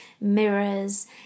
mirrors